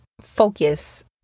focus